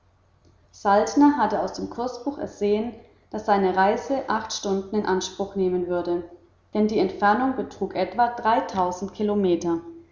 saltner hatte aus dem kursbuch ersehen daß seine reise acht stunden in anspruch nehmen würde denn die entfernung betrug etwa kilometer